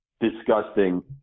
disgusting